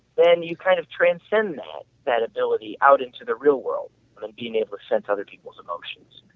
then you kind of transcend that that ability out into the real world and being able to sense other people's emotions,